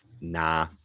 nah